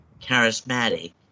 Charismatic